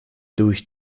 durch